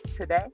today